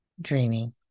dreaming